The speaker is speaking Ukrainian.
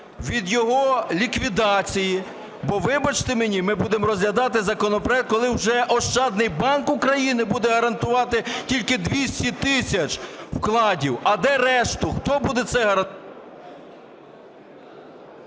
від його ліквідації. Бо, вибачте мені, ми будемо розглядати законопроект, коли вже "Ощадний банк України" буде гарантувати тільки 200 тисяч вкладів. А де решту? Хто буде це…